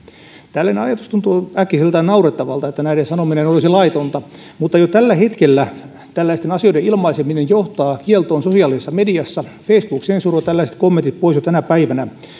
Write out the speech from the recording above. tällainen ajatus tuntuu äkkiseltään naurettavalta että näiden sanominen olisi laitonta mutta jo tällä hetkellä tällaisten asioiden ilmaiseminen johtaa kieltoon sosiaalisessa mediassa facebook sensuroi tällaiset kommentit pois jo tänä päivänä